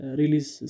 release